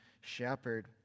shepherd